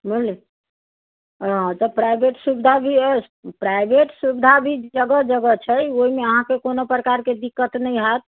बुझलिऐ हाँ तऽ प्राइभेट सुविधा भी अछि प्राइभेट सुविधा भी जगह जगह छै ओहिमे अहाँकेँ कोनो प्रकारकेँ दिक्कत नहि होएत